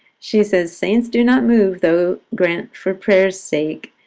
she says, saints do not move, though grant for prayers' sake.